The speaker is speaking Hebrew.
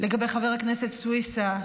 חבר הכנסת סויסה,